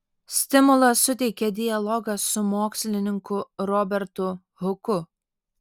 stimulą suteikė dialogas su mokslininku robertu huku